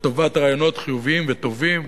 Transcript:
לטובת רעיונות חיוביים וטובים.